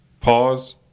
pause